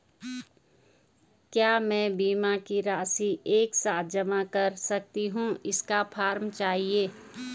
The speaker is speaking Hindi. क्या मैं बीमा की राशि एक साथ जमा कर सकती हूँ इसका फॉर्म चाहिए?